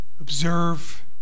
Observe